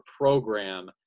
program